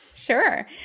Sure